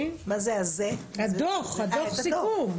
הדו"ח, הדו"ח סיכום.